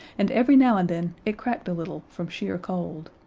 and every now and then it cracked a little, from sheer cold.